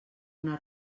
una